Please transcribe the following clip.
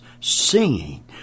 singing